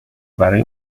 برای